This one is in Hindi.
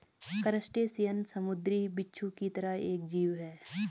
क्रस्टेशियन समुंद्री बिच्छू की तरह एक जीव है